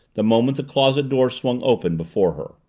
the moment the closet door swung open before her.